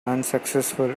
unsuccessful